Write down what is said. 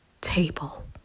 table